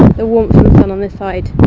the warmth from the sun on this side.